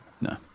No